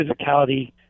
physicality